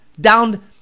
down